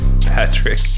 Patrick